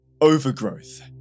Overgrowth